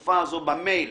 במייל,